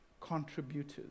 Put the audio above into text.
contributors